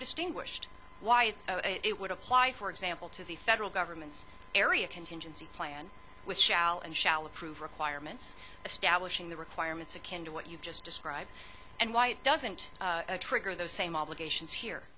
distinguished why is it would apply for example to the federal government's area contingency plan with shell and shall approve requirements establishing the requirements akin to what you've just described and why it doesn't trigger those same obligations here